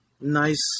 Nice